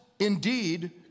Indeed